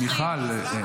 --- מיכל, בבקשה.